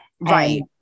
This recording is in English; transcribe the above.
right